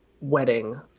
wedding